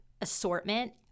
assortment